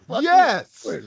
yes